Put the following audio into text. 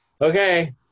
okay